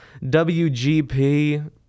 WGP